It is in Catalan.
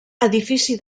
edifici